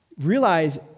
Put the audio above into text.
realize